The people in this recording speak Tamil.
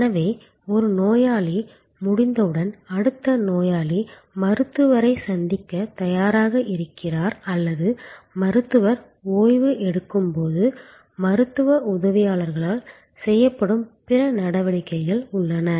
எனவே ஒரு நோயாளி முடிந்தவுடன் அடுத்த நோயாளி மருத்துவரை சந்திக்கத் தயாராக இருக்கிறார் அல்லது மருத்துவர் ஓய்வு எடுக்கும்போது மருத்துவ உதவியாளர்களால் செய்யப்படும் பிற நடவடிக்கைகள் உள்ளன